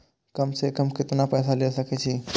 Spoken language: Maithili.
कम से कम केतना पैसा ले सके छी?